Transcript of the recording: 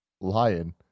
lion